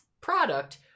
product